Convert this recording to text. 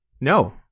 No